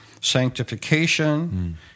sanctification